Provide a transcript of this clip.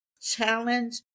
Challenge